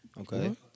Okay